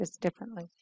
differently